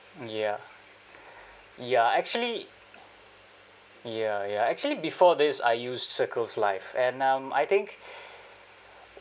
ya ya actually ya ya actually before this I used circles life and um I think